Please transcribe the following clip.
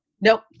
nope